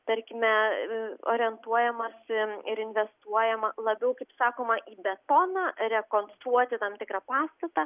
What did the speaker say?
tarkime orientuojamasi ir investuojama labiau kaip sakoma į betoną rekonstruoti tam tikrą pastatą